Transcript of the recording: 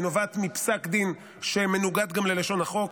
היא נובעת מפסק דין שמנוגד גם ללשון החוק.